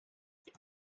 doedd